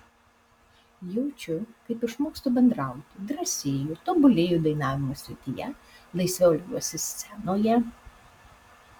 jaučiu kaip išmokstu bendrauti drąsėju tobulėju dainavimo srityje laisviau elgiuosi scenoje